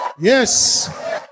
Yes